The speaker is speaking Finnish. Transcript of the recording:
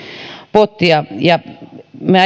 pottia me